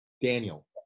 Daniel